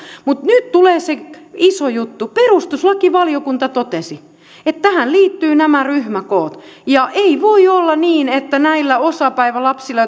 mutta nyt tulee se iso juttu perustuslakivaliokunta totesi että tähän liittyvät nämä ryhmäkoot ja ei voi olla niin että näillä osapäivälapsilla